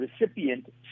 recipient